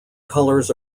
colors